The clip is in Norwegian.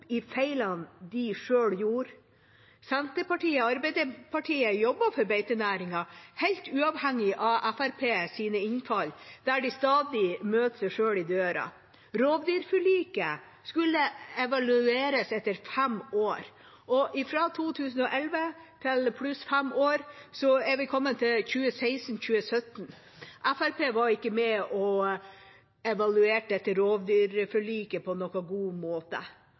i feilene de selv gjorde. Senterpartiet og Arbeiderpartiet jobber for beitenæringen helt uavhengig av Fremskrittspartiets innfall, der de stadig møter seg selv i døra. Rovdyrforliket skulle evalueres etter fem år. 2011 pluss fem år – da har vi kommet til 2016–2017. Fremskrittspartiet var ikke med og evaluerte rovdyrforliket på noen god måte,